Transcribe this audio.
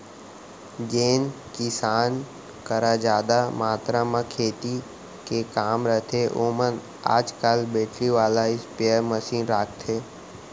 जेन किसान करा जादा मातरा म खेती के काम रथे ओमन आज काल बेटरी वाला स्पेयर मसीन राखथें